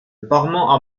parement